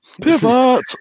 pivot